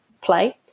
play